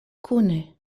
kune